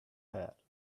head